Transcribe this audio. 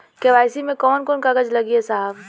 KYC मे कवन कवन कागज लगी ए साहब?